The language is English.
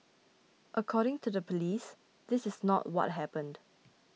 according to the police this is not what happened